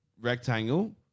rectangle